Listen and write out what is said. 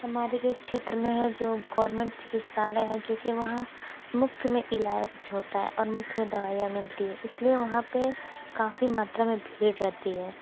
हमारे जो क्षेत्र में है जो गौरमेंट चिकित्सालय है क्योंकि वहाँ मुफ़्त में इलाज होता है और मुफ़्त में दवाईयाँ मिलती हैं इसलिए वहाँ पे काफ़ी मात्रा में भीड़ रहती है